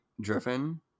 driven